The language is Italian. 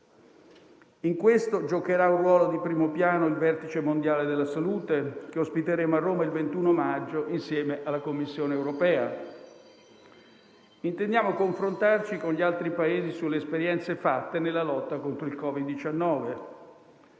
In questo giocherà un ruolo di primo piano il vertice mondiale della salute, che ospiteremo a Roma il 21 maggio insieme alla Commissione europea. Intendiamo confrontarci con gli altri Paesi sulle esperienze fatte nella lotta contro il Covid-19.